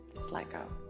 let go.